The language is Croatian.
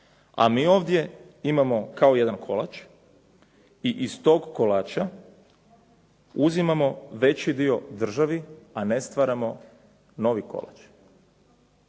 a mi ovdje imamo kao jedan kolač i iz tog kolača uzimamo veći dio državi, a ne stvaramo novi kolač.